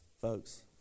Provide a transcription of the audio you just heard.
folks